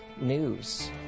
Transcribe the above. news